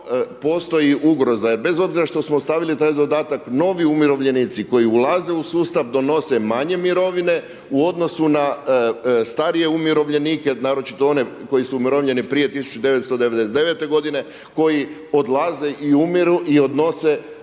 postoji ugroza jel bez obzira što smo ostavili taj dodatak novi umirovljenici koji ulaze u sustav donose manje mirovine u odnosu na starije umirovljenike naročito one koji su umirovljeni prije 1999. godine koji odlaze i umiru i odnose